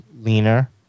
leaner